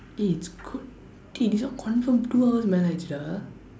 eh it's k~ eh this one confirm two hours மேல ஆயிடுச்சுடா:meela aayiduchsudaa